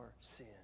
sin